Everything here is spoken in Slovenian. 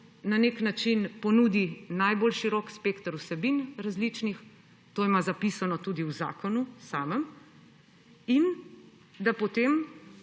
na nek način ponudi najbolj širok spekter različnih vsebin, to ima zapisano tudi v zakonu samem, in da potem